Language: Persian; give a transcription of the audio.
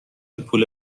پول